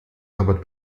aber